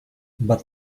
but